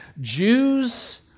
Jews